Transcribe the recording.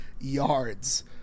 yards